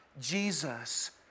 Jesus